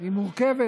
היא מורכבת